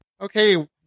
Okay